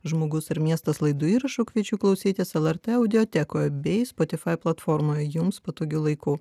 žmogus ar miestas laidų įrašų kviečiu klausytis lrt audiotekoje bei spotifai platformoje jums patogiu laiku